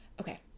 Okay